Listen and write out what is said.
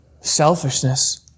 selfishness